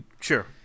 Sure